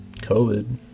COVID